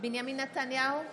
בנימין נתניהו,